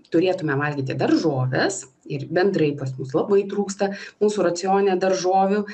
turėtume valgyti daržoves ir bendrai pas mus labai trūksta mūsų racione daržovių